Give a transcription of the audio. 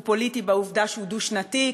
הוא פוליטי בעובדה שהוא דו-שנתי,